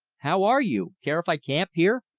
how are you? care if i camp here?